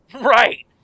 Right